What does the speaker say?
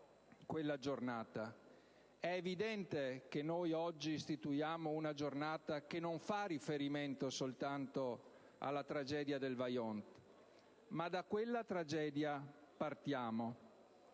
È evidente che noi oggi istituiamo una giornata che non fa riferimento soltanto alla tragedia del Vajont, ma da quella tragedia partiamo,